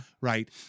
Right